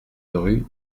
rue